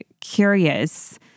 curious